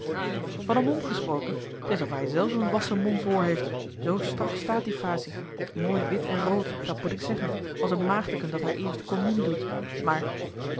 van een mom gesproken t is of hij zelf een wassen mom voor heeft zoo strak staat die facie mooi wit en rood dat moet ik zeggen als een maagdeken dat hare eerste communie doet maar